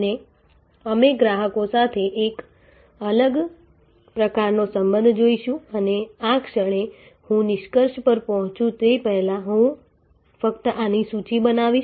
અને અમે ગ્રાહકો સાથે એક અલગ પ્રકારનો સંબંધ જોઈશું અને આ ક્ષણે હું નિષ્કર્ષ પર પહોંચું તે પહેલાં હું ફક્ત આની સૂચિ બનાવીશ